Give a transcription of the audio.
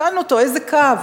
שאלנו אותו איזה קו,